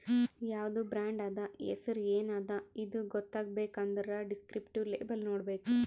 ಯಾವ್ದು ಬ್ರಾಂಡ್ ಅದಾ, ಹೆಸುರ್ ಎನ್ ಅದಾ ಇದು ಗೊತ್ತಾಗಬೇಕ್ ಅಂದುರ್ ದಿಸ್ಕ್ರಿಪ್ಟಿವ್ ಲೇಬಲ್ ನೋಡ್ಬೇಕ್